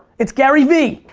it's garyvee.